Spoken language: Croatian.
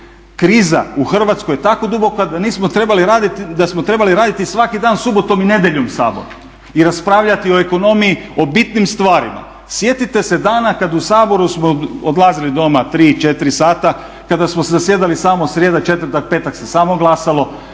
Kriza u Hrvatskoj je tako duboka da smo trebali raditi svaki dan subotom i nedjeljom Sabor i raspravljati o ekonomiji o bitnim stvarima. Sjetite se dana kada smo iz Sabora odlazili doma 3, 4 sata, kada smo zasjedali samo srijeda, četvrtak, petak se samo glasalo,